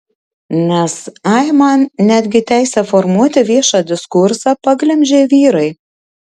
nes aiman netgi teisę formuoti viešą diskursą paglemžė vyrai